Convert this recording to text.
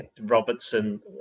Robertson